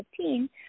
2015